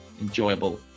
enjoyable